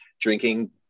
drinking